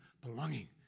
belonging